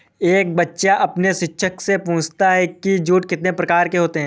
एक बच्चा अपने शिक्षक से पूछता है कि जूट कितने प्रकार के होते हैं?